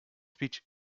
speech